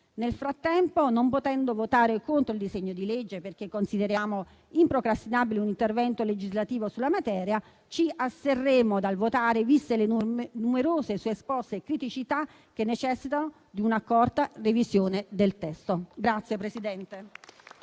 Nel frattempo, non potendo votare contro il disegno di legge perché consideriamo improcrastinabile un intervento legislativo sulla materia, ci asterremo dal votare, viste le numerose suesposte criticità che necessitano di un'accorta revisione del testo.